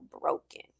broken